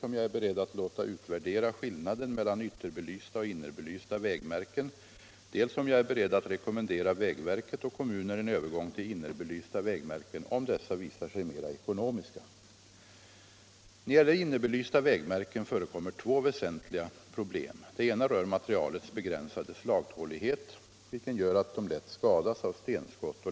Av dessa är ca 250 000 belysta med ljus på yttersidan. Enligt tidigare utredning ligger medelvärdet för driftkostnader av ett ytterbelyst vägmärke på ca 125 kr. per år och för ett innerbelyst på ca 56 kr. På grund av väsentligt höjda elavgifter har kostnaderna stigit.